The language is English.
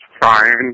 fine